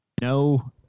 no